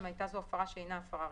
אם הייתה זו הפרה שאינה הפרה ראשונה.